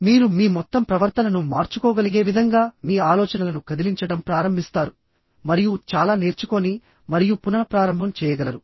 మీరు మీ మొత్తం ప్రవర్తనను మార్చుకోగలిగే విధంగా మీ ఆలోచనలను కదిలించడం ప్రారంభిస్తారు మరియు చాలా నేర్చుకోని మరియు పునఃప్రారంభం చేయగలరు